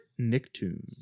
Nicktoons